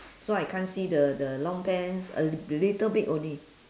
so I can't see the the long pants a little bit only